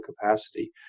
capacity